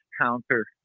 counter